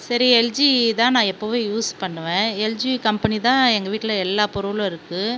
சரி எல்ஜி தான் நான் எப்போவும் யூஸ் பண்ணுவேன் எல்ஜி கம்பெனி தான் எங்கள் வீட்டில எல்லா பொருளும் இருக்குது